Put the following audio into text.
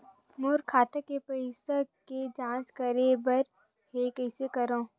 मोर खाता के पईसा के जांच करे बर हे, कइसे करंव?